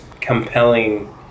compelling